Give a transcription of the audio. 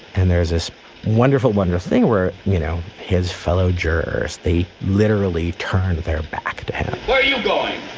and there's this wonderful, wonderful thing where, you know, his fellow jurors, they literally turn their back. what are you going.